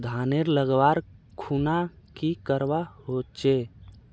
धानेर लगवार खुना की करवा होचे?